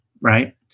right